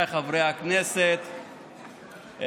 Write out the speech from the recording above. ההסתה